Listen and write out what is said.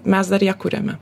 mes dar ją kuriame